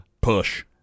Push